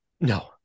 No